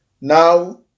Now